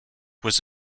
was